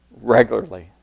regularly